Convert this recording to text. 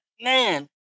man